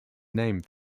named